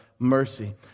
Mercy